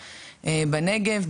בנגב,